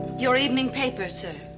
your evening paper, sir.